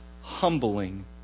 humbling